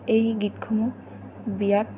এই গীতসমূহ বিয়াত